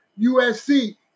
USC